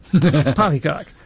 Poppycock